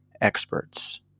experts